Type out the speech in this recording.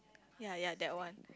ya ya that one